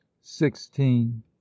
sixteen